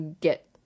get